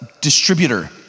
distributor